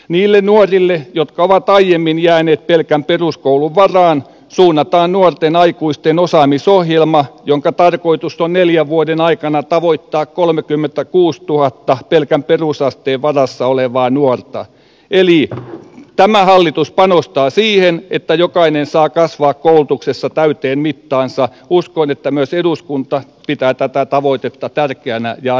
niille nuorille jotka ovat aiemmin jääneet pelkän peruskoulun varaan suunnataan nuorten aikuisten osaamisohjelma jonka tarkoitus on neljä vuoden aikana tavoittaa kolmekymmentäkuusituhatta pelkän perusasteen varassa olevaa nuorta kielii tämä hallitus panostaa siihen että jokainen saa kasvaa koulutuksessa täyteen mittaansa uskon että myös eduskunta pitää tätä tavoitetta tärkeänä ja